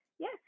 Yes